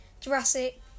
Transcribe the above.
Jurassic